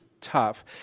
tough